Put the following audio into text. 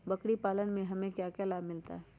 बकरी पालने से हमें क्या लाभ मिलता है?